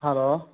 hello